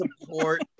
support